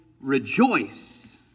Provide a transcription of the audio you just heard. rejoice